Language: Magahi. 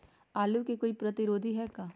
आलू के कोई प्रतिरोधी है का?